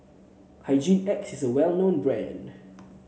Hygin X is well known brand